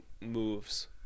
moves